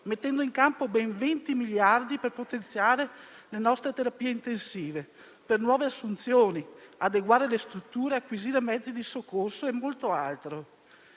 mettendo in campo ben 20 miliardi di euro per potenziare le nostre terapie intensive, promuovere nuove assunzioni, adeguare le strutture, acquisire mezzi di soccorso e molto altro.